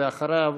אחריו,